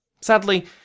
Sadly